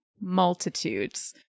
multitudes